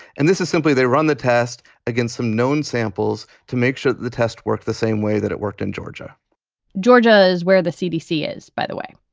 and this is simply they run the test against some known samples to make sure the test works the same way that it worked in georgia georgia is where the cdc is. by the way,